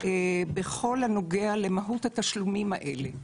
בכל הנוגע למהות התשלומים האלה.